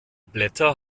blätter